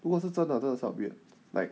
如果是真的真的是很 weird like